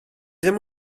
ddim